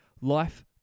Life